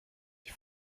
die